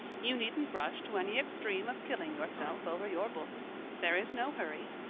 you needn't rush to any extreme of killing yourself over your books. there is no hurry.